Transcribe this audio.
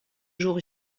jour